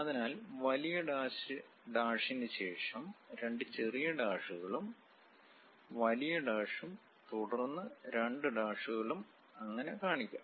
അതിനാൽ വലിയ ഡാഷിന് ശേഷം രണ്ട് ചെറിയ ഡാഷുകളും വലിയ ഡാഷും തുടർന്ന് രണ്ട് ഡാഷുകളും അങ്ങനെ കാണിക്കാം